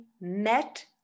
met